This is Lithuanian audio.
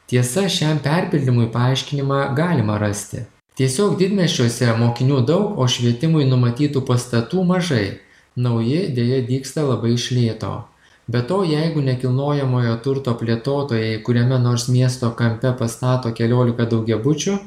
tiesa šiam perpildymui paaiškinimą galima rasti tiesiog didmiesčiuose mokinių daug o švietimui numatytų pastatų mažai nauji deja dygsta labai iš lėto be to jeigu nekilnojamojo turto plėtotojai kuriame nors miesto kampe pastato keliolika daugiabučių